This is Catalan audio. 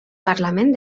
parlament